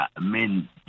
men